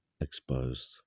exposed